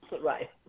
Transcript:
Right